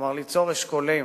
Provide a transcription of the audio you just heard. כלומר ליצור אשכולות,